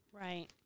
right